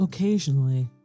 Occasionally